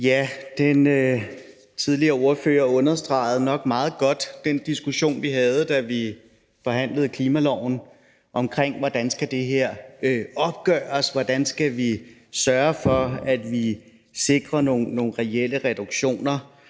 Den tidligere ordfører fremhævede meget godt den diskussion, vi havde, da vi forhandlede klimaloven, om, hvordan det her skal opgøres, hvordan vi skal sørge for, at vi sikrer nogle reelle reduktioner,